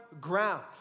ground